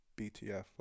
BTF